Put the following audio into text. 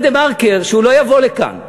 אומר "דה-מרקר" שהוא לא יבוא לכאן.